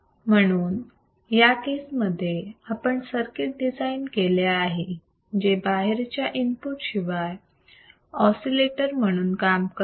म्हणून या केस मध्ये आपण सर्किट डिझाईन केले आहे जे बाहेरच्या इनपुट शिवाय ऑसिलेटर म्हणून काम करते